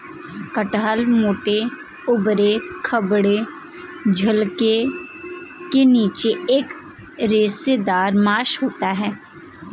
कटहल मोटे, ऊबड़ खाबड़ छिलके के नीचे एक रेशेदार मांस होता है